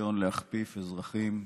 בניסיון להכפיף אזרחים ישראלים,